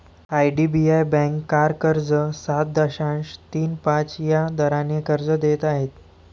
IDBI bank car कर्ज सात दशांश तीन पाच या दराने कर्ज देत आहे